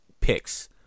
picks